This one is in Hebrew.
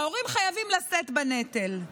ההורים חייבים לשאת בנטל.